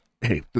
hey